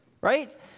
right